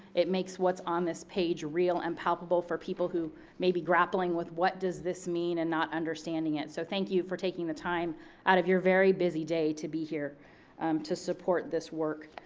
it makes what's on this page real and palpable for people who may be grappling with what does this mean and not understanding it. so thank you for taking the time out of your very busy day to be here to support this work.